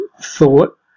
thought